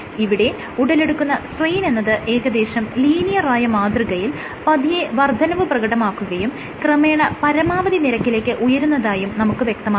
ഇവിടെ ഉടലെടുക്കുന്ന സ്ട്രെയിൻ എന്നത് ഏകദേശം ലീനിയറായ മാതൃകയിൽ പതിയെ വർദ്ധനവ് പ്രകടമാക്കുകയും ക്രമേണ പരമാവധി നിരക്കിലേക്ക് ഉയരുന്നതായും നമുക്ക് വ്യക്തമാകുന്നു